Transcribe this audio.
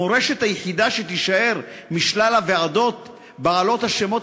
המורשת היחידה שתישאר משלל הוועדות בעלות השמות